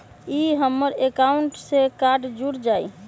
ई हमर अकाउंट से कार्ड जुर जाई?